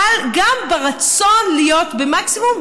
אבל גם ברצון להיות במקסימום,